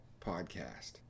Podcast